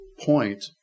point